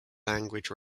language